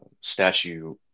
statue